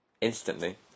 Instantly